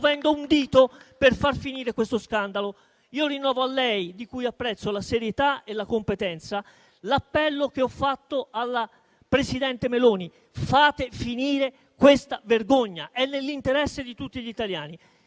muovendo un dito per far finire questo scandalo. Rinnovo a lei, di cui apprezzo la serietà e la competenza, l'appello che ho fatto alla presidente Meloni: fate finire questa vergogna; è nell'interesse di tutti gli italiani.